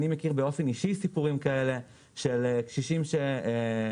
אני מכיר באופן אישי סיפורים של קשישים שממש